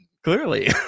Clearly